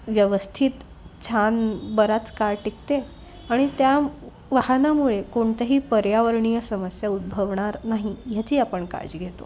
व्यवस्थित छान बराच काळ टिकते आणि त्या वाहनामुळे कोणतही पर्यावरणीय समस्या उद्भभणार नाही ह्याची आपण काळजी घेतो